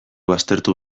baztertu